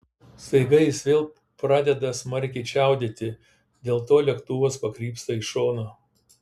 staiga jis vėl pradeda smarkiai čiaudėti dėl to lėktuvas pakrypsta į šoną